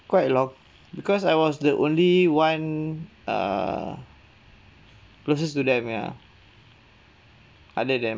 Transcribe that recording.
quite long because I was the only one err closest to them ya other than